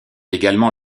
également